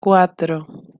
cuatro